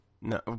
No